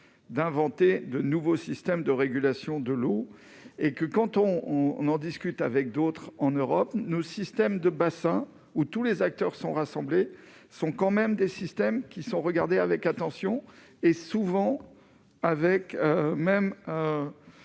d'inventer de nouveaux systèmes de régulation de l'eau et que quand on on en discute avec d'autres en Europe, nos systèmes de bassins où tous les acteurs sont rassemblés sont quand même des systèmes qui sont regardées avec attention et souvent avec même